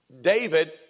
David